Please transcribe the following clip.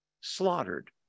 Slaughtered